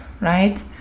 right